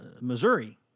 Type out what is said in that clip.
Missouri